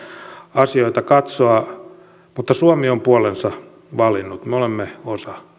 asioita katsoa mutta suomi on puolensa valinnut me olemme osa